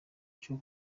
cyo